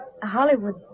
Hollywood